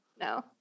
No